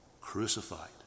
crucified